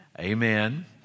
Amen